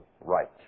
right